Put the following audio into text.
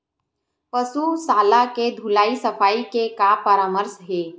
पशु शाला के धुलाई सफाई के का परामर्श हे?